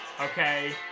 Okay